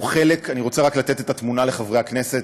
אני רוצה רק לתת את התמונה לחברי הכנסת,